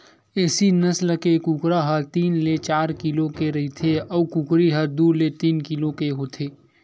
एसील नसल के कुकरा ह तीन ले चार किलो के रहिथे अउ कुकरी ह दू ले तीन किलो होथे